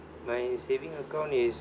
my saving account is